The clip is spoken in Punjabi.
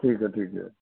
ਠੀਕ ਹੈ ਠੀਕ ਹੈ